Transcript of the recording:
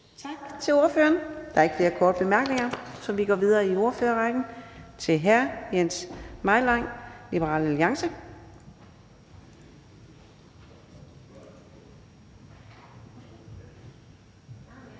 Tak til ordføreren. Der er ikke flere korte bemærkninger, så vi går videre i ordførerrækken til hr. Jens Meilvang, Liberal Alliance.